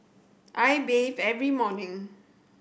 I bathe every morning